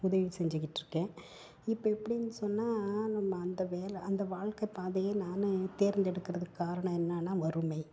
உதவி செஞ்சுக்கிட்டுருக்கேன் இப்போ எப்படினு சொன்னால் நம்ம அந்த வேலை அந்த வாழ்க்கை பாதையை நானும் தேர்ந்தெடுக்கிறதுக்கு காரணம் என்னெனா வறுமை